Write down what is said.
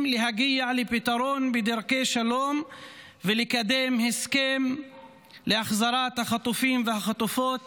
להגיע לפתרון בדרכי שלום ולקדם הסכם להחזרת החטופים והחטופות